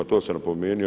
To sam napomenuo.